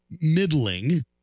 middling